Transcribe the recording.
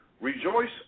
rejoice